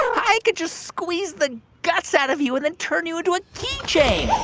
i could just squeeze the guts out of you and then turn you into a keychain